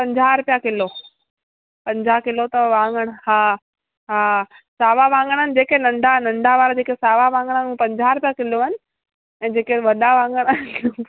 पंजाह रुपया किलो पंजाह किलो अथव वाङण हा हा सावा वाङण आहिनि जेके नंढा नंढा वारा जेके सावा वाङण आहिनि हू पंजाह रुपए किलो आहिनि ऐं जेके वॾा वाङण